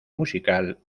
musical